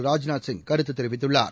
ராஜ்நாத் சிங் கருத்து தெரிவித்துள்ளார்